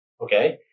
okay